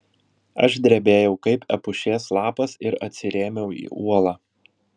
aš drebėjau kaip epušės lapas ir atsirėmiau į uolą